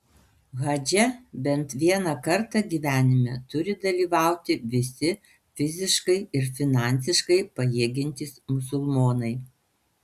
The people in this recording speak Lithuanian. hadže bent vieną kartą gyvenime turi dalyvauti visi fiziškai ir finansiškai pajėgiantys musulmonai